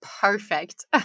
perfect